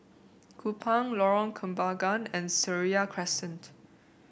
Kupang Lorong Kembagan and Seraya Crescent